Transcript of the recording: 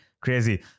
crazy